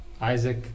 Isaac